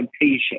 patient